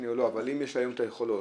מה את מציעה נגד הניצול?